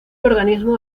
organismo